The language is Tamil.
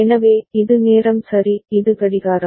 எனவே இது நேரம் சரி இது கடிகாரம்